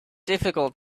difficult